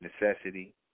necessity